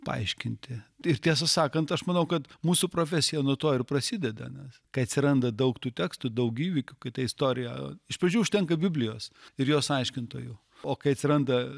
paaiškinti ir tiesą sakant aš manau kad mūsų profesija nuo to ir prasideda kai atsiranda daug tų tekstų daug įvykių kai ta istorija iš pradžių užtenka biblijos ir jos aiškintojų o kai atsiranda